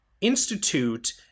institute